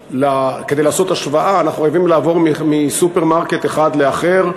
כדי לעשות השוואה אנחנו חייבים לעבור מסופרמרקט אחד לאחר,